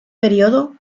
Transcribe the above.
período